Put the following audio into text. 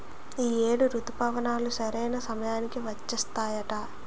ఈ ఏడు రుతుపవనాలు సరైన సమయానికి వచ్చేత్తాయట